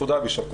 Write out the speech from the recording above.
תודה ויישר כוח.